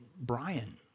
Brian